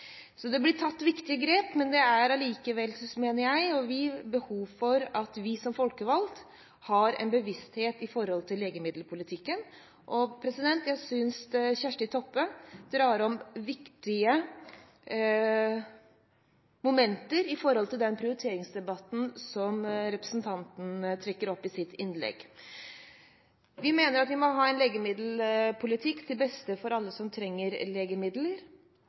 Så det blir tatt viktige grep, men jeg – og vi – mener likevel det er behov for at vi som folkevalgte har en bevissthet rundt legemiddelpolitikken. Jeg synes Kjersti Toppe tar opp viktige momenter i forhold til den prioriteringsdebatten som representanten trekker opp i sitt innlegg. Vi mener at vi må ha en legemiddelpolitikk til beste for alle som trenger legemidler,